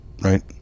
right